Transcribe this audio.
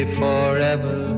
forever